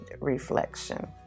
reflection